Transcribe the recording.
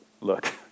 look